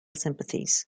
sympathies